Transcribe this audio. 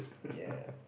ya